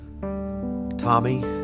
Tommy